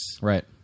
Right